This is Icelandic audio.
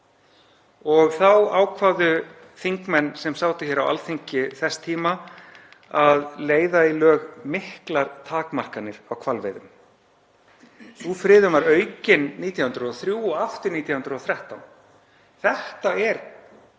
og þá ákváðu þingmenn sem sátu hér á Alþingi þess tíma að leiða í lög miklar takmarkanir á hvalveiðum. Sú friðun var aukin 1903 og aftur 1913. Þetta er